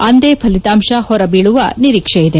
ಅಂದೇ ಫಲಿತಾಂಶ ಹೊರಬೀಳುವ ನಿರೀಕ್ಷೆಯಿದೆ